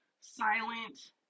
silent